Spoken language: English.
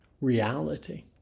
reality